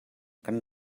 kan